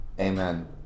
amen